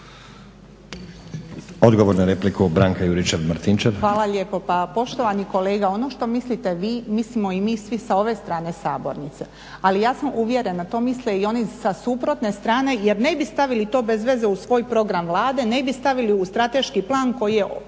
**Juričev-Martinčev, Branka (HDZ)** Hvala lijepo. Pa poštovani kolega, ono što mislite vi, mislimo i mi svi sa ove strane sabornice. Ali ja sam uvjerena to misle i oni sa suprotne strane jer ne bi stavili bez veze u svoj program Vlade, ne bi stavili u strateški plan koji je